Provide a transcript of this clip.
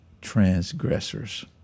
transgressors